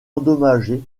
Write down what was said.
endommagé